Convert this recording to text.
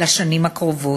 לשנים הקרובות.